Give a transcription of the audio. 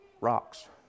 Rocks